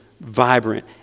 vibrant